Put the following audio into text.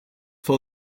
for